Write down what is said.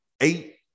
eight